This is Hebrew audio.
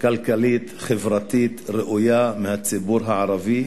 כלכלית-חברתית ראויה מהציבור הערבי,